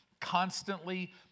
constantly